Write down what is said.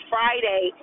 Friday